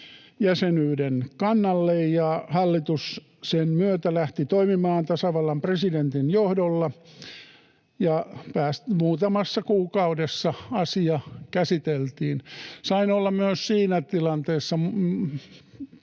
jäsenyyden kannalle, ja hallitus sen myötä lähti toimimaan tasavallan presidentin johdolla, ja muutamassa kuukaudessa asia käsiteltiin. Sain olla myös siinä tilanteessa